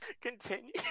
continue